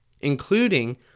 including